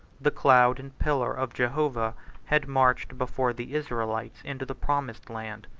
the cloud and pillar of jehovah had marched before the israelites into the promised land.